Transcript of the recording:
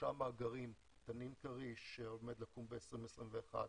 שלושה מאגרים תנין-כריש שעומד לקום ב-2021,